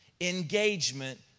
engagement